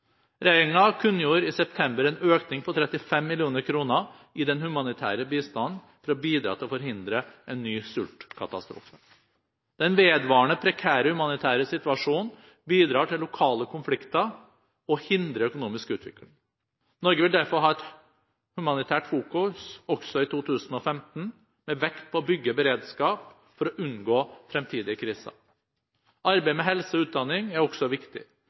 i september en økning på 35 mill. kr i den humanitære bistanden for å bidra til å forhindre en ny sultkatastrofe. Den vedvarende prekære humanitære situasjonen bidrar til lokale konflikter og hindrer økonomisk utvikling. Norge vil derfor ha et humanitært fokus også i 2015 med vekt på å bygge beredskap for å unngå fremtidige kriser. Arbeidet med helse og utdanning er også viktig.